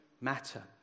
Matter